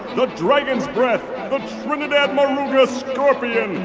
the dragon's breath, the trinidad moruga scorpion,